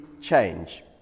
change